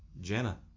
Jenna